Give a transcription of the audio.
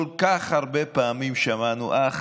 כל כך הרבה פעמים שמענו: אח,